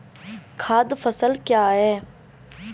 खाद्य फसल क्या है?